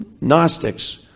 Gnostics